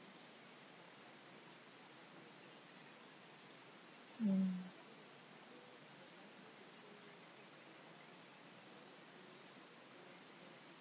hmm